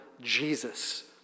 Jesus